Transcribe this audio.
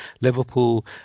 Liverpool